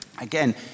Again